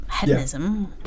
hedonism